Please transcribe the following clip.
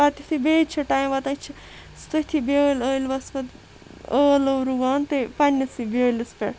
پَتہٕ یُتھے بیٚیہِ چھُ ٹایم واتان یہِ چھُ تٔتھی بیٲلۍ ٲلوَس پَتہٕ ٲلٕو رُوان پَننِسٕے بیٲلِس پیٚٹھ